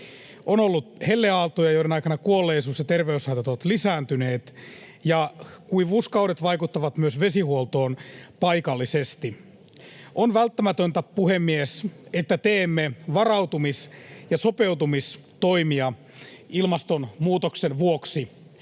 On ollut helleaaltoja, joiden aikana kuolleisuus ja terveyshaitat ovat lisääntyneet, ja kuivuuskaudet vaikuttavat myös vesihuoltoon paikallisesti. On välttämätöntä, puhemies, että teemme varautumis- ja sopeutumistoimia ilmastonmuutoksen vuoksi.